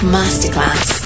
masterclass